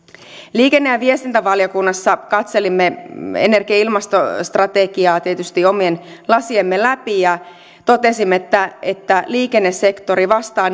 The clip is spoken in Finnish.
liikenne ja viestintävaliokunnassa katselimme energia ja ilmastostrategiaa tietysti omien lasiemme läpi ja totesimme että että liikennesektori vastaa